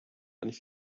and